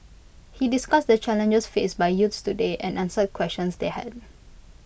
he discussed the challenges faced by youths today and answered questions they had